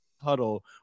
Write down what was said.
Huddle